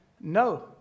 no